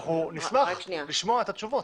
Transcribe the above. אנחנו נשמח לשמוע את התשובות,